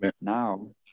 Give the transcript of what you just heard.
now